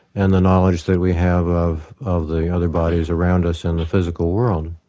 and the knowledge that we have of of the other bodies around us in the physical world.